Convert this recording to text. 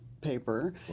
paper